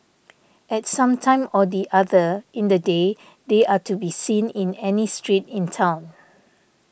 at some time or the other in the day they are to be seen in any street in town